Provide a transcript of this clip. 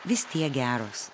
vis tiek geros